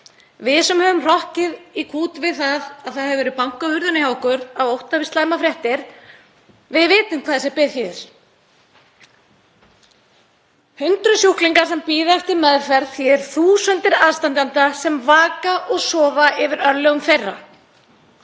við sem höfum hrokkið í kút við það að bankað hefur verið á hurðina hjá okkur af ótta við slæmar fréttir, við vitum hvað þessi bið þýðir. Hundruð sjúklinga sem bíða eftir meðferð, það eru þúsundir aðstandenda sem vaka og sofa yfir örlögum þeirra.